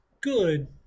good